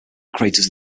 craters